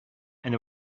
and